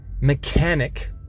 mechanic